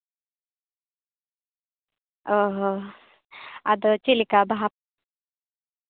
ᱚ ᱦᱚᱸ ᱟᱫᱚ ᱪᱮᱫᱞᱮᱠᱟ ᱵᱟᱦᱟ